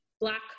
Black